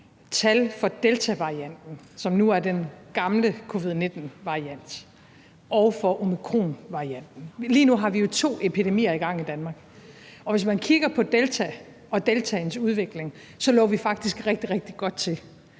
for deltavarianten, som nu er den gamle covid-19-variant, og for omikronvarianten – lige nu har vi jo to epidemier i gang i Danmark – og man kigger på deltaen og deltaens udvikling, så lå vi faktisk rigtig, rigtig godt til